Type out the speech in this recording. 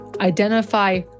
Identify